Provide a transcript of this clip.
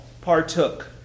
partook